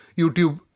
YouTube